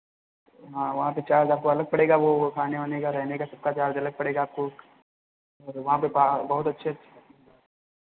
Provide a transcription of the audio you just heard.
हाँ वहाँ पे चार्ज़ आपको अलग पड़ेगा वो खाने वाने का रहने का सबका चार्ज़ अलग पड़ेगा आपको वहाँ पे पहाड़ बहुत अच्छे अच्छे हैं